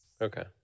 Okay